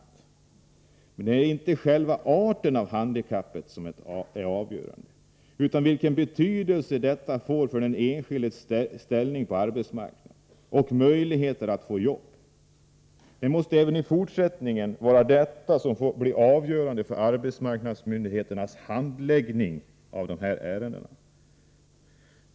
Men det är inte själva arten av handikappet som är det avgörande, utan vilken betydelse detta får för den enskildes ställning på arbetsmarknaden och för vederbörandes möjligheter att få arbete. Det måste även i fortsättningen vara detta som blir det avgörande för arbetsmarknadsmyndigheternas handläggning av dessa ärenden.